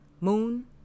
moon